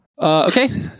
Okay